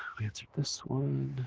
i answered this one.